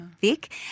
thick